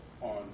on